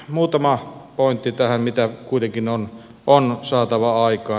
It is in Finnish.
muutama pointti tähän mitä kuitenkin on saatava aikaan